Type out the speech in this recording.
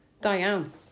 Diane